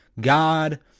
God